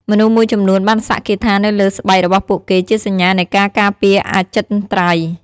មនុស្សមួយចំនួនបានសាក់គាថានៅលើស្បែករបស់ពួកគេជាសញ្ញានៃការការពារអចិន្ត្រៃយ៍។